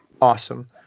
Awesome